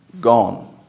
Gone